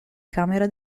camera